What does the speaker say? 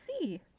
see